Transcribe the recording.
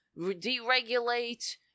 deregulate